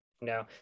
No